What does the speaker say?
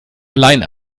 allein